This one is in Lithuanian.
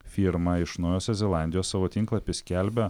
firma iš naujosios zelandijos savo tinklapy skelbia